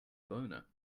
boner